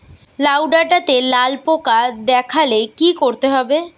লাউ ডাটাতে লাল পোকা দেখালে কি করতে হবে?